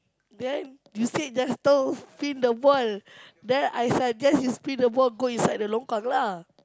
then you said there's the spin the ball then I suggest you spin the ball go inside the longkang lah